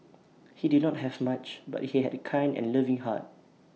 he did not have much but he had A kind and loving heart